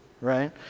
right